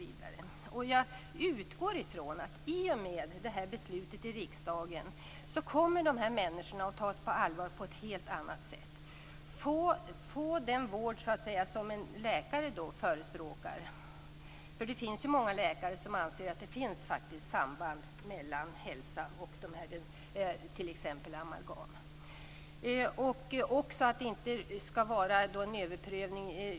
I och med detta beslut i riksdagen utgår jag från att dessa människor kommer att tas på allvar på ett helt annat sätt och få den vård som en läkare förespråkar. Det finns ju många läkare som anser att det faktiskt finns samband mellan hälsa och t.ex. amalgam.